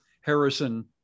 Harrison